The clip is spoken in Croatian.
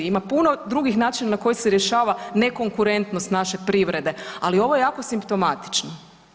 Ima puno drugih načina na koji se rješava ne konkurentnost naše privrede, ali ovo je jako simptomatično.